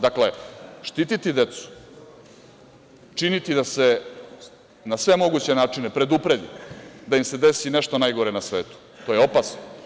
Dakle, štititi decu, činiti da se na sve moguće načine predupredi da im se desi nešto najgore na svetu je opasno.